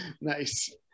Nice